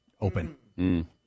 Open